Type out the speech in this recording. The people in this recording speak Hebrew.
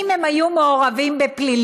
אם הם היו מעורבים בפלילים.